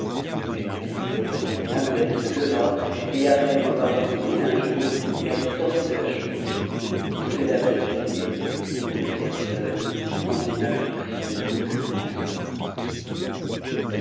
elle ne leur répondit rien mais elle se leva et après m'avoir dit mille injures elle sortit de la chambre toutes les dames la suivirent et me laissèrent seul dans une affliction inconcevable